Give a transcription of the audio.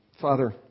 Father